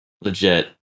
Legit